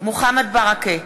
מוחמד ברכה,